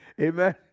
Amen